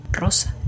Rosa